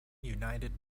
united